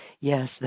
Yes